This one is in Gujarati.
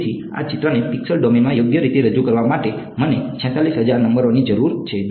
તેથી આ ચિત્રને પિક્સેલ ડોમેનમાં યોગ્ય રીતે રજૂ કરવા માટે મને 46000 નંબરોની જરૂર છે